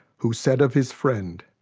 who said of his friend,